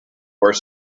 where